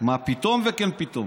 מה פתאום וכן פתאום.